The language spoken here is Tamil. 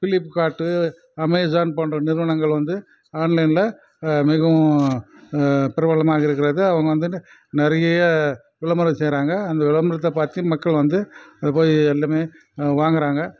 ஃபிளிப்காட்டு அமேசான் போன்ற நிறுவனங்கள் வந்து ஆன்லைனில் மிகவும் பிரபலமாக இருக்கிறது அவங்க வந்துட்டு நிறைய விளம்பரம் செய்கிறாங்க அந்த விளம்பரத்தை பார்த்து மக்கள் வந்து போய் எல்லாமே வாங்குகிறாங்க